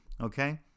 okay